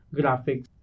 graphics